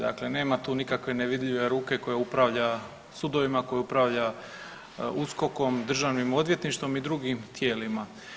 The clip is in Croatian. Dakle, nema tu nikakve nevidljive ruke koja upravlja sudovima, koja upravlja USKOK-om, državnim odvjetništvom i drugim tijelima.